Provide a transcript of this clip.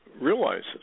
realizes